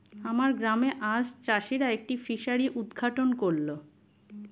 আমার গ্রামে আজ চাষিরা একটি ফিসারি উদ্ঘাটন করল